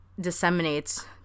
disseminates